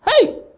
Hey